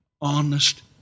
honest